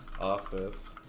office